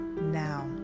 now